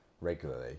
regularly